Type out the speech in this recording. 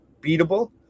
beatable